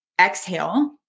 exhale